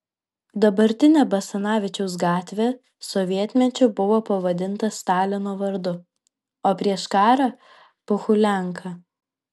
dabartinė basanavičiaus gatvė sovietmečiu buvo pavadinta stalino vardu o prieš karą pohulianka